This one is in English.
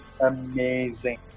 amazing